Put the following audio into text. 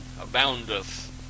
aboundeth